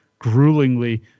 gruelingly